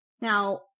Now